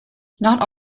not